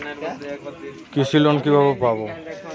কৃষি লোন কিভাবে পাব?